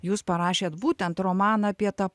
jūs parašėt būtent romaną apie tą